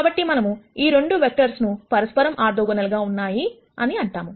కాబట్టి మనం ఈ 2 వెక్టర్స్ ను పరస్పరము ఆర్థోగోనల్ గా ఉన్నాయి అంటాము